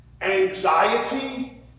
anxiety